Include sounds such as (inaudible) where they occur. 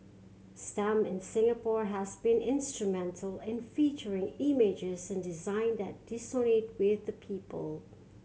stamp in Singapore has been instrumental in featuring images and design that (unintelligible) with the people